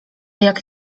jak